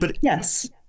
yes